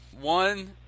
one